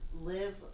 live